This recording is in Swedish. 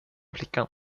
flickan